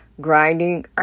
Grinding